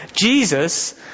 Jesus